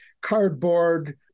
cardboard